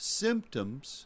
symptoms